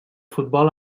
futbol